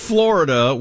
Florida